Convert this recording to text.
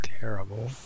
terrible